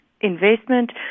investment